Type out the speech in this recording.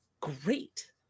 great